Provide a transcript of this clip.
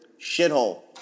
Shithole